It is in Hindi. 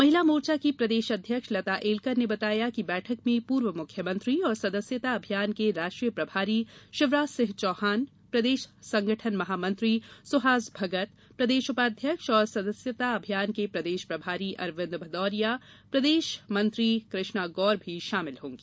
महिला मोर्चा की प्रदेश अध्यक्ष लता ऐलकर ने बताया कि बैठक में पूर्व मुख्यमंत्री और सदस्यता अभियान के राष्ट्रीय प्रभारी शिवराज सिंह चौहान प्रदेश संगठन महामंत्री सुहास भगत प्रदेश उपाध्यक्ष और सदस्यता अभियान के प्रदेश प्रभारी अरविन्द भदौरिया प्रदेश मंत्री कृष्णा गौर भी शामिल होंगी